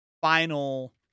final